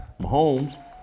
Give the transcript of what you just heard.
Mahomes